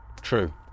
True